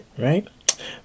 right